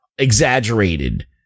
exaggerated